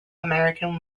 american